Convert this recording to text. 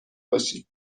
باشی